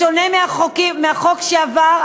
בשונה מהחוק שעבר,